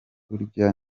burya